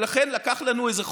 ולכן לקח לנו איזה חודש,